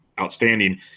outstanding